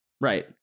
Right